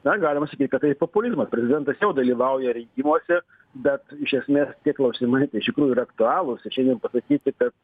na galima sakyt kad tai populizmas prezidentas jau dalyvauja rinkimuose bet iš esmės tie klausimai tai iš tikrųjų yra aktualūs ir šiandien pasakyti kad